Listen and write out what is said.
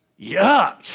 yuck